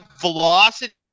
velocity